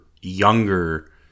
younger